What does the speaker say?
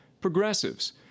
progressives